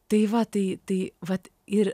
tai va tai tai vat ir